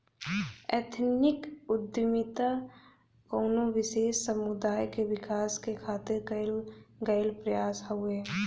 ethnic उद्दमिता कउनो विशेष समुदाय क विकास क खातिर कइल गइल प्रयास हउवे